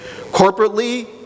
Corporately